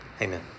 Amen